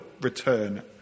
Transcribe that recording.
return